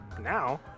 now